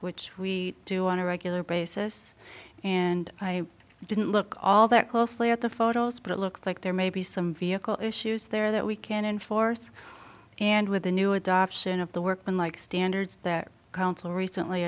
which we do on a regular basis and i didn't look all that closely at the photos but it looks like there may be some vehicle issues there that we can enforce and with the new adoption of the workman like standards that council recently